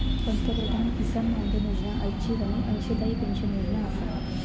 पंतप्रधान किसान मानधन योजना ऐच्छिक आणि अंशदायी पेन्शन योजना आसा